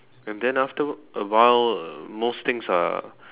and then after a while most things are